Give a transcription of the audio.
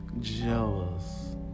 jealous